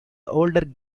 older